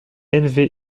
élevé